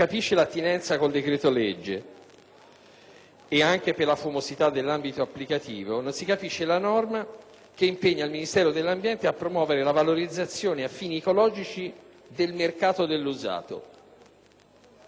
che impegna il Ministero dell'ambiente a promuovere la valorizzazione a fini ecologici del mercato dell'usato. Non si capisce quale usato sia; non c'è specificazione. Sull'articolo 8